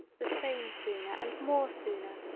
the same sooner and more sooner,